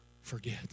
forget